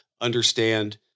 understand